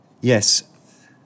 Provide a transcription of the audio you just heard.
Yes